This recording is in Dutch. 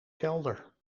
kelder